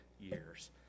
years